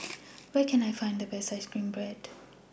Where Can I Find The Best Ice Cream Bread